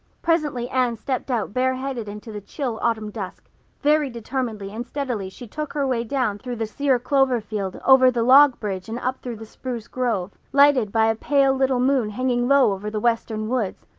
presently anne stepped out bareheaded into the chill autumn dusk very determinedly and steadily she took her way down through the sere clover field over the log bridge and up through the spruce grove, lighted by a pale little moon hanging low over the western woods.